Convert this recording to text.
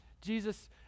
jesus